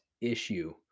issue